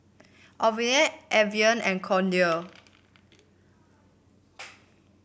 Ocuvite Avene and Kordel's